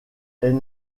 est